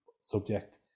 subject